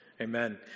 Amen